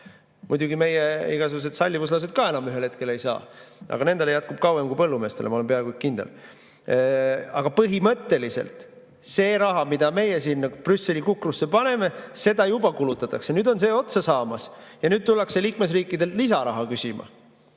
Muidugi, meie igasugused sallivuslased ka enam ühel hetkel ei saa, aga nendele jätkub kauem kui põllumeestele, ma olen peaaegu kindel. Aga põhimõtteliselt seda raha, mida meie siin Brüsseli kukrusse paneme, juba kulutatakse. Nüüd on see otsa saamas ja nüüd tullakse liikmesriikidelt lisaraha küsima.